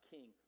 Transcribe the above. King